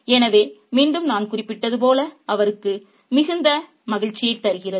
எனவே மீண்டும் நான் குறிப்பிட்டது போல் அவருக்கு மிகுந்த மகிழ்ச்சியைத் தருகிறது